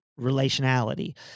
relationality